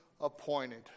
appointed